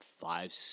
Five